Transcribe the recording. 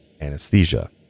anesthesia